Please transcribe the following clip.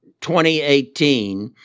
2018